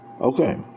Okay